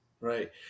Right